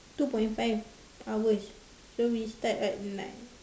two point five hours so we start at nine